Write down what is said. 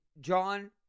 John